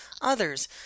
others